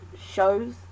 Shows